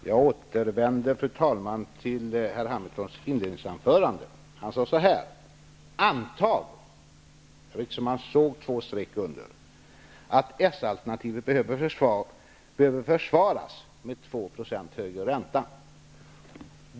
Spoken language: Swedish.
Jag återvänder, fru talman, till Carl B. Hamiltons inledningsanförande i vilket han sade: Antag -- man såg liksom två streck under -- att s-alternativet behöver försvaras med 2 % högre ränta.